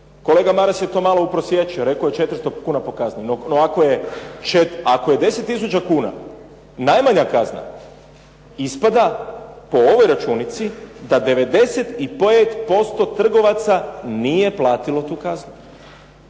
Kolega Maras je to malo uprosječio, rekao je 400 kuna po kazni. No, ako je 10 tisuća kuna najmanja kazna ispada po ovoj računici da 95% trgovaca nije platilo tu kaznu.